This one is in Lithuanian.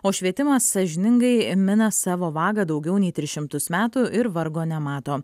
o švietimas sąžiningai mina savo vagą daugiau nei tris šimtus metų ir vargo nemato